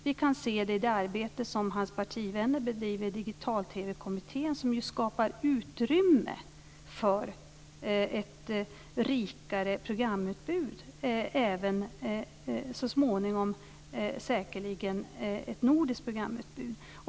Vi kan se det i det arbete som hans partivänner bedriver i Digital-TV kommittén, som skapar utrymme för ett rikare programutbud och även så småningom säkerligen för ett nordiskt programutbud.